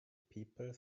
people